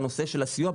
בנושא של הסיוע,